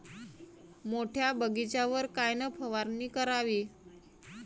मोठ्या बगीचावर कायन फवारनी करावी?